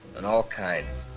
and all kinds.